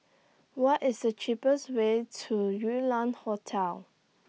What IS The cheapest Way to Yew Lam Hotel